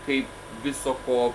kaip viso ko